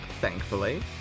thankfully